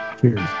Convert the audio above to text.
Cheers